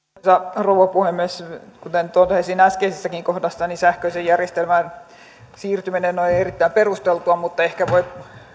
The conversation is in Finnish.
rouva puhemies kuten totesin äskeisessäkin kohdassa sähköiseen järjestelmään siirtyminen on erittäin perusteltua mutta ehkä voi